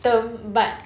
term but